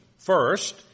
First